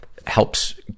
helps